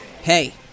Hey